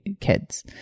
kids